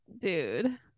Dude